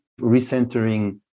Recentering